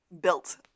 built